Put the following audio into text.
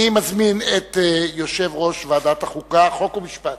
אני מזמין את יושב-ראש ועדת החוקה, חוק ומשפט,